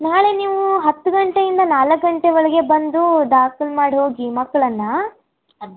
ನಾಳೆ ನೀವು ಹತ್ತು ಗಂಟೆಯಿಂದ ನಾಲ್ಕು ಗಂಟೆ ಒಳಗೆ ಬಂದು ದಾಖಲು ಮಾಡಿ ಹೋಗಿ ಮಕ್ಳನ್ನು ಅದು